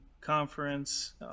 conference